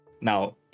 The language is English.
Now